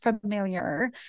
familiar